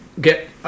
Get